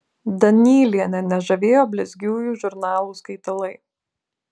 danylienę nežavėjo blizgiųjų žurnalų skaitalai